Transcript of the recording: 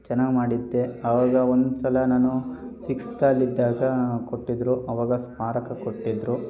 ಚೆನ್ನಾಗಿ ಮಾಡಿದ್ದೆ ಆವಾಗ ಒಂದ್ಸಲ ನಾನು ಸಿಕ್ಸ್ತ ಅಲ್ಲಿದ್ದಾಗ ಕೊಟ್ಟಿದ್ದರು ಆವಾಗ ಸ್ಮಾರಕ ಕೊಟ್ಟಿದ್ದರು